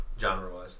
Genre-wise